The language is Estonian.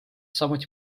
samuti